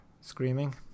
screaming